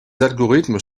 algorithmes